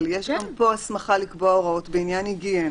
אבל יש גם פה הסכמה לקבוע הוראות בעניין היגיינה.